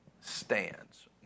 stands